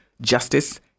justice